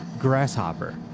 Grasshopper